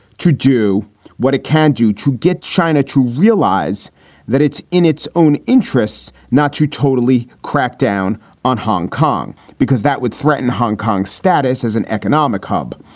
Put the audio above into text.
to do what it can do to get china to realize that it's in its own interests, not to totally crack down on hong kong because that would threaten hong kong status as an economic hub.